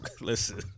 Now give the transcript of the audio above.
Listen